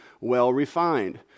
well-refined